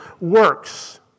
works